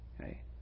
Okay